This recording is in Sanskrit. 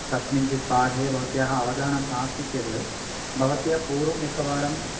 कस्मिंश्चित् पाठे भवत्याः अवधानं नास्ति चेत् भवत्या पूर्वम् एकवारम्